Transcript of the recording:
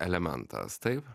elementas taip